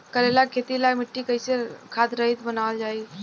करेला के खेती ला मिट्टी कइसे खाद्य रहित बनावल जाई?